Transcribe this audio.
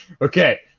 okay